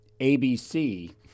ABC